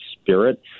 spirit